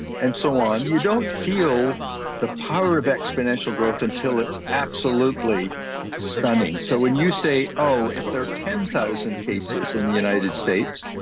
and so on. you don't feel the power of exponential growth until it's absolutely stunning. so when you say, oh, if there are ten thousand cases in the united states,